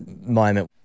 moment